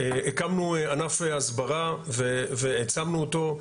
הקמנו ענף הסברה, והעצמנו אותו.